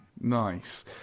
Nice